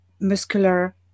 muscular